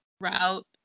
route